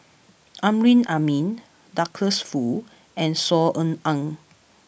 Amrin Amin Douglas Foo and Saw Ean Ang